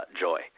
joy